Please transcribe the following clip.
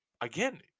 again